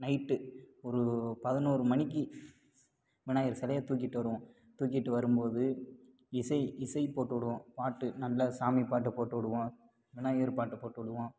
night ஒரு பதினோரு மணிக்கு விநாயகர் சிலைய தூக்கிட்டு வருவோம் தூக்கிட்டு வரும் போது இசை இசைப் போட்டு விடுவோம் பாட்டு நல்லா சாமி பாட்டு போட்டு விடுவோம் விநாயகர் பாட்டு போட்டு விடுவோம்